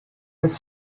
with